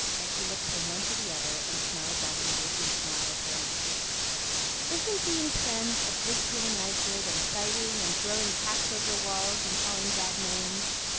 as she looked from one to the other, and smiled that engaging smile of hers isn't being friends a great deal nicer than fighting and throwing cats over walls and calling bad names?